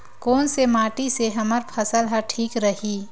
कोन से माटी से हमर फसल ह ठीक रही?